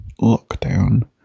lockdown